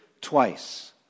Twice